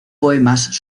poemas